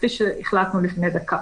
כפי שהחלטנו לפני דקה,